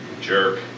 jerk